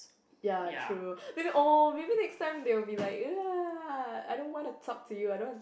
ya true maybe oh maybe next time they will be like I don't want to talk to you I don't want to